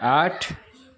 आठ